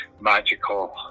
magical